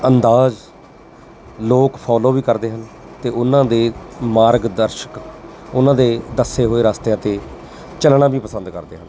ਅੰਦਾਜ਼ ਲੋਕ ਫੋਲੋ ਵੀ ਕਰਦੇ ਹਨ ਅਤੇ ਉਹਨਾਂ ਦੇ ਮਾਰਗ ਦਰਸ਼ਕ ਉਹਨਾਂ ਦੇ ਦੱਸੇ ਹੋਏ ਰਸਤਿਆਂ 'ਤੇ ਚੱਲਣਾ ਵੀ ਪਸੰਦ ਕਰਦੇ ਹਨ